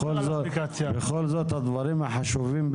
בשום פנים.